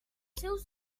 seus